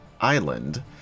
island